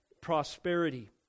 prosperity